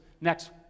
next